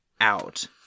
out